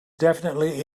definitively